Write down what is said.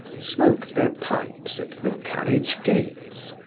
smoked their pipes at the carriage gates,